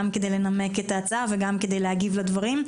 גם כדי לנמק את ההצעה וגם כדי להגיב לדברים.